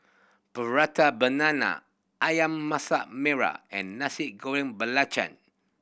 Prata Banana Ayam Masak Merah and Nasi Goreng Belacan